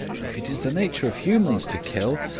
if it is the nature of humans to kill,